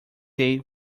date